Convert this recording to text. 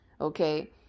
Okay